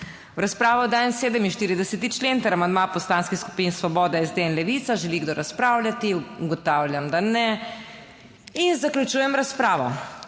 V razpravo dajem 47. člen ter amandma Poslanskih skupin Svoboda, SD in Levica. Želi kdo razpravljati? (Ne.) Ugotavljam, da ne in zaključujem razpravo.